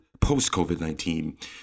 post-COVID-19